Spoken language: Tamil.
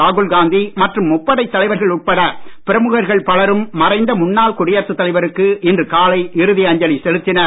ராகுல்காந்தி மற்றும் முப்படைத் தலைவர்கள் உட்பட பிரமுகர்கள் பலரும் மறைந்த முன்னாள் குடியரசுத் தலைவருக்கு இன்று காலை இறுதி அஞ்சலி செலுத்தினர்